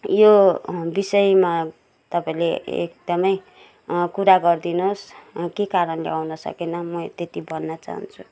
यो विषयमा तपाईँले एकदमै कुरा गरिदिनुहोस् के कारणले आउन सकेन म त्यति भन्न चाहन्छु